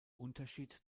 unterschied